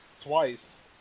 twice